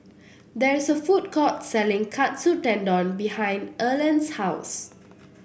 there is a food court selling Katsu Tendon behind Erland's house